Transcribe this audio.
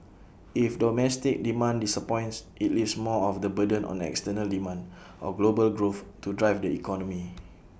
if domestic demand disappoints IT leaves more of the burden on external demand or global growth to drive the economy